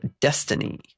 Destiny